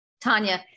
Tanya